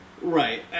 Right